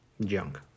Junk